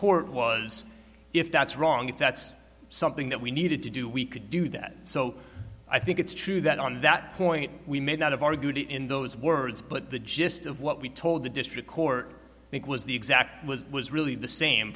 court was if that's wrong if that's something that we needed to do we could do that so i think it's true that on that point we may not have argued in those words but the gist of what we told the district court was the exact was was really the same